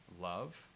love